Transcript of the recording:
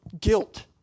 guilt